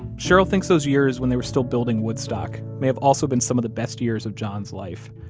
cheryl thinks those years when they were still building woodstock may have also been some of the best years of john's life.